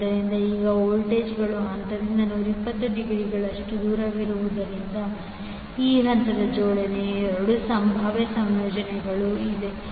ಆದ್ದರಿಂದ ಈಗ ವೋಲ್ಟೇಜ್ಗಳು ಹಂತದಿಂದ 120 ಡಿಗ್ರಿಗಳಷ್ಟು ದೂರವಿರುವುದರಿಂದ ಈ ಹಂತಗಳ ಜೋಡಣೆಗೆ 2 ಸಂಭಾವ್ಯ ಸಂಯೋಜನೆಗಳು ಇವೆ